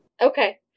Okay